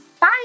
Bye